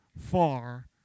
far